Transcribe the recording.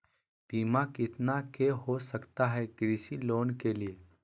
बीमा कितना के हो सकता है कृषि लोन के लिए?